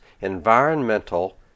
environmental